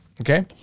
Okay